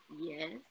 yes